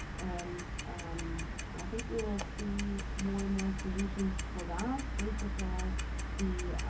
and i think we will see more and more solutions for that. first of all the